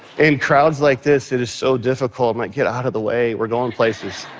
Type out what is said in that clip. in crowds like this, it is so difficult. i'm like, get out of the way. we're going places.